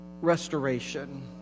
restoration